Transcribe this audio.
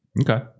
Okay